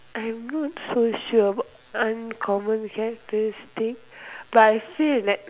I'm not so sure what uncommon characteristic but I'll say that